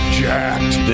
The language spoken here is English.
jacked